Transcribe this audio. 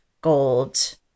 gold